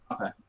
Okay